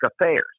affairs